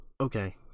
Okay